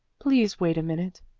please wait a minute,